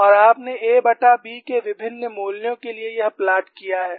और आपने aB के विभिन्न मूल्यों के लिए यह प्लॉट किया है